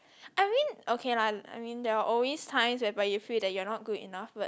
I mean okay lah I mean there are always times whereby you feel that you are not good enough but